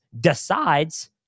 decides